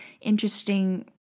interesting